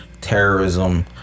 terrorism